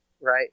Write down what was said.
right